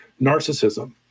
narcissism